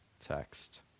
text